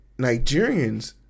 Nigerians